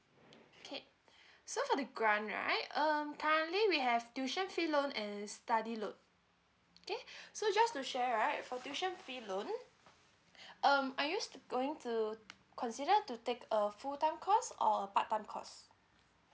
okay so for the grant right um currently we have tuition fee loan and study loan okay so just to share right for tuition free loans um I used to going to consider to take a full time course or part time course